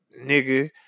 nigga